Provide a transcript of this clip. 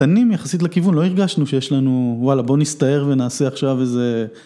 קטנים יחסית לכיוון, לא הרגשנו שיש לנו, וואלה בוא נסתער ונעשה עכשיו איזה...